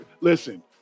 Listen